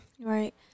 Right